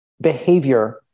behavior